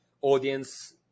audience